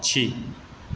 पक्षी